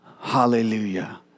hallelujah